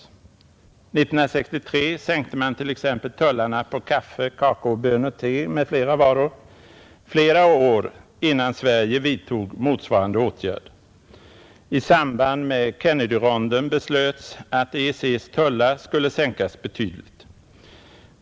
1963 sänkte man tullarna på kaffe, kakaobönor, te m.fl. varor — flera år innan Sverige vidtog motsvarande åtgärd. I samband med Kennedyronden beslöts att EECss yttre tullar skulle sänkas betydligt.